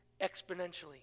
exponentially